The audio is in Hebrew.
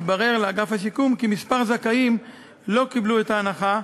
התברר לאגף השיקום כי כמה זכאים לא קיבלו את ההנחה